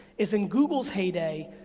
is in google's heyday,